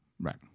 right